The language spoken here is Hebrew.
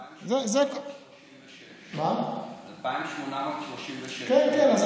2,836. כל